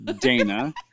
Dana